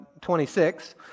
26